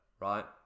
right